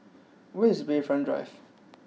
where is Bayfront Drive